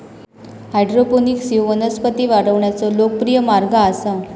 hydroponics ह्यो वनस्पती वाढवण्याचो लोकप्रिय मार्ग आसा